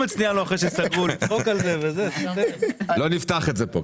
לא נפתח את זה כאן.